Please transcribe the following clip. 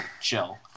Chill